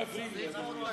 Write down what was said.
מפריעים לי.